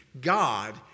God